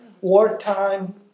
wartime